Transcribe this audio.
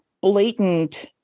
blatant